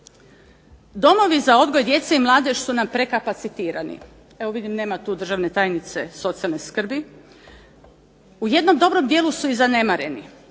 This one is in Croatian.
Domovi za odgoj djece i mladež su nam prekapacitirani. Evo vidim nema tu državne tajnice socijalne skrbi, u jednom dobrom dijelu su i zanemareni.